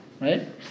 right